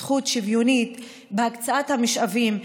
זכות שוויונית בהקצאת המשאבים,